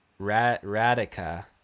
Radica